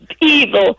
Evil